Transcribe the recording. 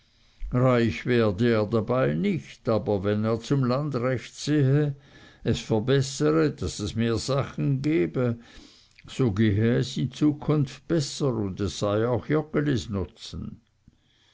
reich werde er nicht dabei aber wenn er zum lande recht sehe es verbessere daß es mehr sachen gebe so gehe es in zukunft besser und es sei auch joggelis nutzen